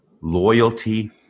loyalty